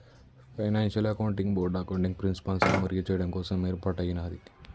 financial accounting board accounting ప్రిన్సిపల్స్ని మెరుగుచెయ్యడం కోసం యేర్పాటయ్యినాది